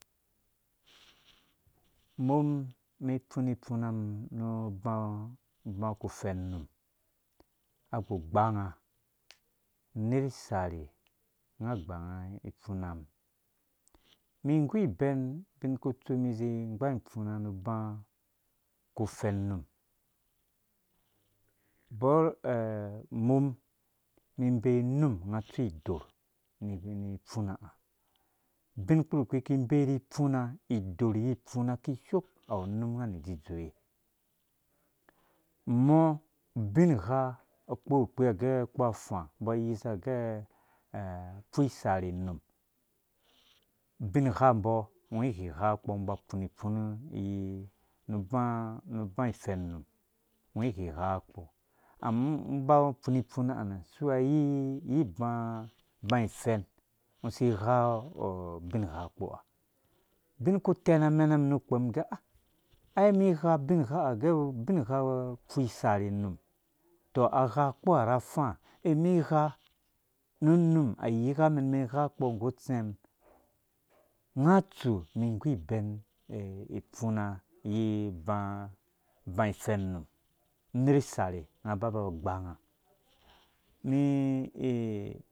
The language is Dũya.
Umum mi ifunu if una mumbnu uba uku ufɛn num agbugbanga uner isarhe unga agbanga ifunam umum igu ibɛn ubin uku tsu umum izi igbang ifuna nu uba ku fɛn num bɔr umum mi iber. unumanga atsu idorh. ubin kpurkpi umum iki inbee ri ifuna kishook awu unum unga ni idzid zowe mɔ ubingha ukpurkpi age ukpu afa umbɔ ayisa agɛ ipfu isarhe num ubinghambɔ ungo ugno ughi ghaɔ ukpɔ ukupɔ ungɔ uba ufuna funa iyi nu uba ifɛn num ungo ughighaɔ ukpɔ ama ungo uba ufuni ifuna si wea iyi uba ifɛnɔ ungo usi ighaɔ ubingha ukpuha ubin uku uten amena numpɔ umum nggɛ a ai umum igha ubingha gɛ ipfu isarhe num tɔ agha ukpɔhara ra afa ɛh mi igha nu unum ayika umen umen igha kpɔ nggu utsɛm unga atsu umum igu ibɛn ifuna iyi uba ifɛn num uner isarhe unga aba ba agbange